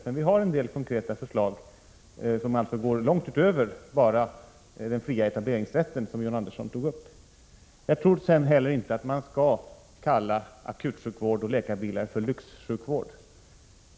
Men vi har en del konkreta förslag som alltså går långt utöver den fria etableringsrätten, som John Andersson tog upp. Jag tror inte heller att man skall kalla akutsjukvård och läkarbilar för lyxsjukvård.